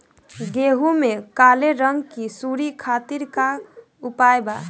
गेहूँ में काले रंग की सूड़ी खातिर का उपाय बा?